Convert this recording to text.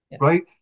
right